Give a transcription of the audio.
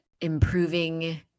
improving